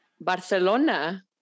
Barcelona